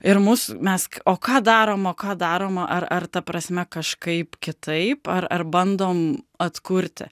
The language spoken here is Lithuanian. ir mus mes o ką darom o ką darom ar ar ta prasme kažkaip kitaip ar ar bandom atkurti